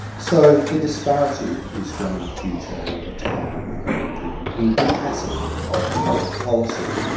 so the disparity is growing huger all the time, and the incapacity of public policy,